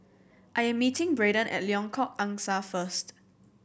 I am meeting Braiden at Lengkok Angsa first